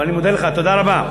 אבל אני מודה לך, תודה רבה.